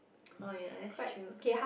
oh ya that's true